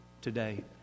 today